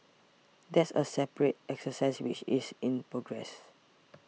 that's a separate exercise which is in progress